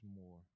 more